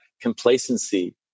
complacency